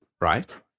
right